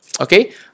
okay